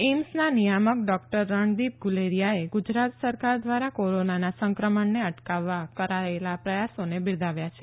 એઈમ્સના નિયામક ડોક્ટર રણદિપ ગુલેરિયાએ ગુજરાત સરકાર દ્વારા કોરોનાના સંક્રમણને અટકાવવા કરાયેલા પ્રયાસોને બિરદાવ્યા છે